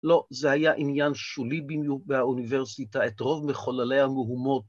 ‫לא, זה היה עניין שולי באוניברסיטה, ‫את רוב מחוללי המהומות.